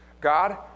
God